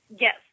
Yes